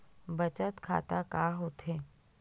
बचत खाता का होथे?